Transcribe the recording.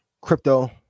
crypto